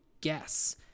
guess